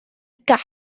gap